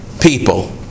people